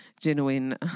Genuine